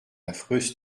affreuse